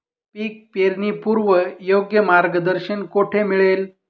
पीक पेरणीपूर्व योग्य मार्गदर्शन कुठे मिळेल?